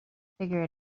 figure